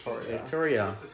Victoria